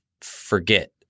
forget